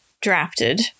drafted